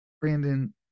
Brandon